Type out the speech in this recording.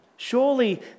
Surely